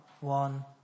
one